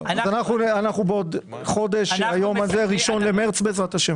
בעוד חודש, ב-1.3, בעזרת ה'.